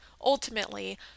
ultimately